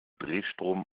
drehstrom